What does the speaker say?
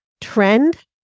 trend